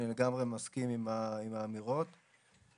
אני נכנסתי ונגעתי לך בדלתות,